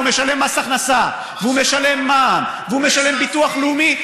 הוא משלם מס הכנסה והוא משלם מע"מ והוא משלם ביטוח לאומי.